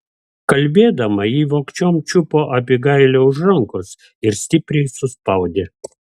kalbėdama ji vogčiom čiupo abigailę už rankos ir stipriai suspaudė